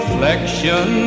Reflection